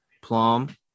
Plum